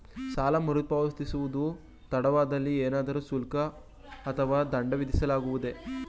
ಸಾಲ ಮರುಪಾವತಿಸುವುದು ತಡವಾದಲ್ಲಿ ಏನಾದರೂ ಶುಲ್ಕ ಅಥವಾ ದಂಡ ವಿಧಿಸಲಾಗುವುದೇ?